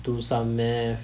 do some math